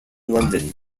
london